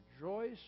Rejoice